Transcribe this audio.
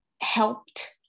helped